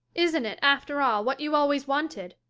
isn't it, after all, what you always wanted?